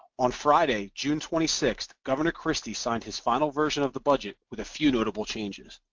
on friday, june twenty six, governor christie signed his final version of the budget, with a few notable changes.